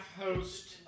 host